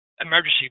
Emergency